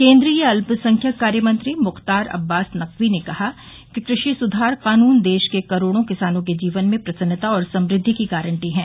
केन्द्रीय अल्पसंख्यक कार्य मंत्री मुख्तार अब्बास नकवी ने कहा कि कृषि सुधार कानून देश के करोड़ों किसानों के जीवन में प्रसन्नता और समृद्धि की गारंटी हैं